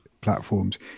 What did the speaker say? platforms